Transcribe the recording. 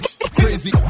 crazy